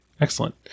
excellent